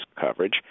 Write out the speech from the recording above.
coverage